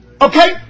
Okay